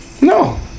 No